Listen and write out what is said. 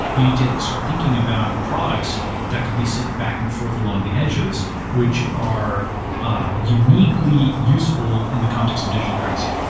you need to start thinking about products that could be sent back and forth along the edges which are uniquely useful in the context of digital currency.